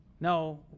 No